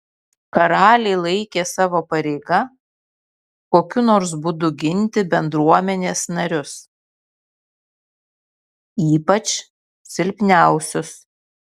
karaliai laikė savo pareiga kokiu nors būdu ginti bendruomenės narius ypač silpniausius